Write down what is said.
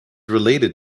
related